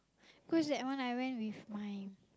cause that one I went with my